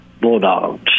Bulldogs